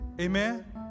Amen